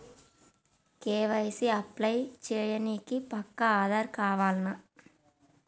KYC apply చేయనీకి పక్కా ఆధార్ కావాల్నా?